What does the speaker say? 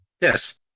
Yes